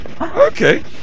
Okay